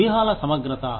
వ్యూహాల సమగ్రత